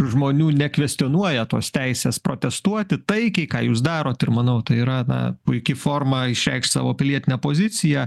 žmonių nekvestionuoja tos teisės protestuoti taikiai ką jūs darot ir manau tai yra na puiki forma išreikšt savo pilietinę poziciją